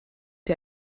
ihr